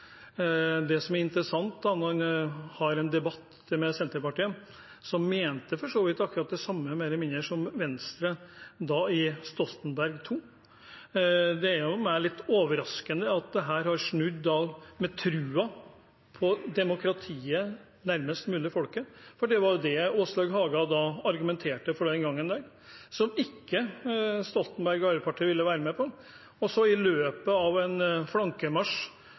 Det som er interessant når man er i debatt med Senterpartiet, er at de mente for så vidt akkurat det samme, mer eller mindre, som Venstre i Stoltenberg II. Det er litt overraskende at de har snudd i troen på demokratiet nærmest mulig folket, for det var det Åslaug Haga argumenterte for den gang, men som Stoltenberg og Arbeiderpartiet ikke ville være med på. Så, i løpet av en